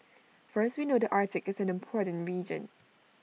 first we know the Arctic is an important region